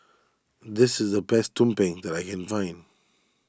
this is the best Tumpeng that I can find